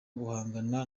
guhangana